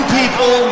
people